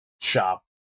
shop